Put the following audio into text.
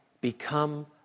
become